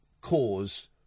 cause